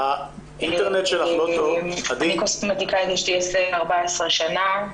עסק כבר 14 שנה.